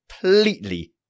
completely